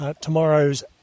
tomorrow's